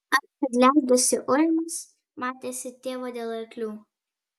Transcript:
ar kad leidosi ujamas matėsi tėvo dėl arklių